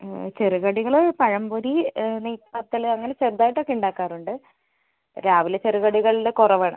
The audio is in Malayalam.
ചെറുകടികൾ പഴംപൊരി നെയ്യ്പത്തല് അങ്ങനെ ചെറുതായിട്ടൊക്കെ ഉണ്ടാക്കാറുണ്ട് രാവിലെ ചെറുകടികള് കുറവാണ്